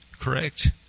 correct